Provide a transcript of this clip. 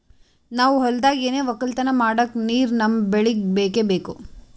ನಾವ್ ಹೊಲ್ದಾಗ್ ಏನೆ ವಕ್ಕಲತನ ಮಾಡಕ್ ನೀರ್ ನಮ್ ಬೆಳಿಗ್ ಬೇಕೆ ಬೇಕು